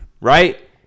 right